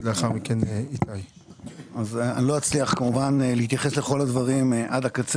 אני כמובן לא הצליח להתייחס לכל הדברים עד הקצה